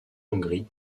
hongrie